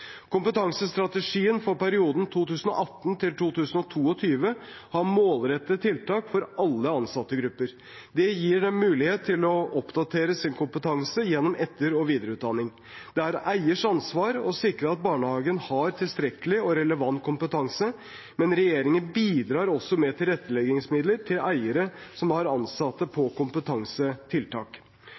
Kompetansestrategien for perioden 2018–2022 har målrettede tiltak for alle ansattgrupper. Det gir dem mulighet til å oppdatere sin kompetanse gjennom etter- og videreutdanning. Det er eiers ansvar å sikre at barnehagen har tilstrekkelig og relevant kompetanse, men regjeringen bidrar også med tilretteleggingsmidler til eiere som har ansatte på kompetansetiltak.